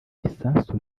isasu